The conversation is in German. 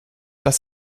dass